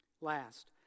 Last